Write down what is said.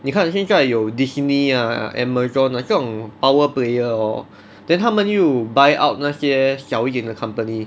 你看现在有 Disney ah Amazon ah 那种 power player hor then 他们又 buyout 那些小一点的 company